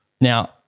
Now